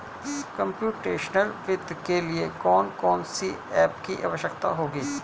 Computational वित्त के लिए कौन कौन सी एप की आवश्यकता होगी?